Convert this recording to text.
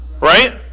right